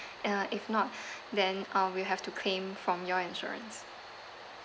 uh if not then uh we have to claim from your insurance